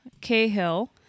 Cahill